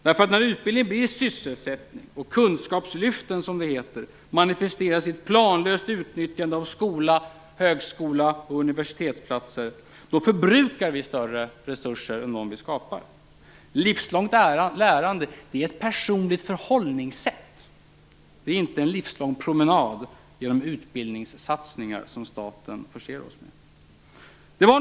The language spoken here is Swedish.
När utbildning blir en sysselsättning och kunskapslyft manifesteras i ett planlöst utnyttjande av skola, högskola och universitet förbrukar vi större resurser än vi skapar. Livslångt lärande är ett personligt förhållningssätt. Det är inte en livslång promenad genom utbildningssatsningar som staten förser oss med.